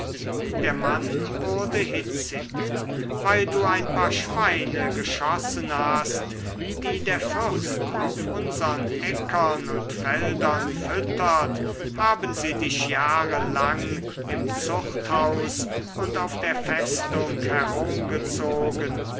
der mann wurde hitzig weil du ein paar schweine geschossen hast die der fürst auf unsern äckern und feldern füttert haben sie dich jahre lang im zuchthaus und auf der festung herumgezogen